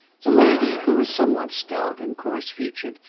the lady, who was somewhat stout and coarse-featured,